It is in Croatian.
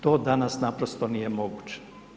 To danas naprosto nije moguće.